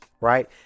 right